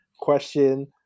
question